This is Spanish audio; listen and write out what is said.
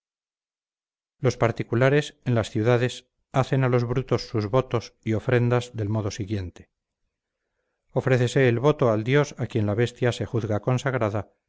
los particulares en las ciudades hacen a los brutos sus votos y ofrendas del modo siguiente ofrécese el voto al dios a quien la bestia se juzga consagrada